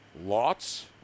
Lots